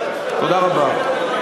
תודה רבה.